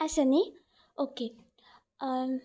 आसा न्ही ओके